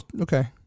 Okay